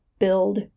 build